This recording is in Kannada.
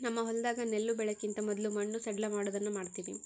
ನಮ್ಮ ಹೊಲದಾಗ ನೆಲ್ಲು ಬೆಳೆಕಿಂತ ಮೊದ್ಲು ಮಣ್ಣು ಸಡ್ಲಮಾಡೊದನ್ನ ಮಾಡ್ತವಿ